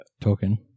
token